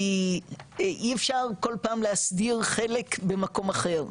כי אי אפשר כל פעם להסדיר חלק במקום אחר,